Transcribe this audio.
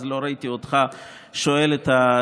אז לא ראיתי אותך שואל את השאלה,